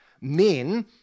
Men